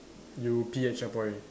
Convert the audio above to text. you pee at checkpoint